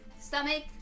stomach